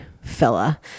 fella